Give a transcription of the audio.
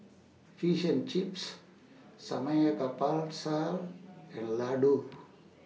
Fish and Chips Samgeyopsal and Ladoo